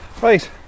Right